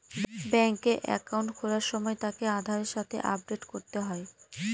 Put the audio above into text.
ব্যাঙ্কে একাউন্ট খোলার সময় তাকে আধারের সাথে আপডেট করতে হয়